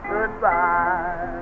Goodbye